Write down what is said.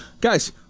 Guys